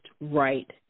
right